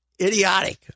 idiotic